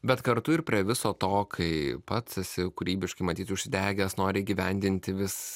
bet kartu ir prie viso to kai pats esi kūrybiškai matyt užsidegęs nori įgyvendinti vis